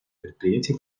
предприятия